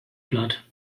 platt